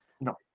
No